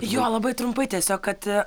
jo labai trumpai tiesiog kad